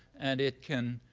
and it can